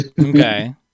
Okay